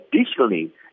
additionally